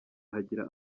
hagira